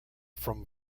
from